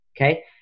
Okay